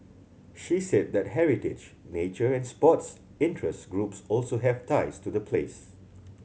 she said that heritage nature and sports interest groups also have ties to the place